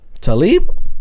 Talib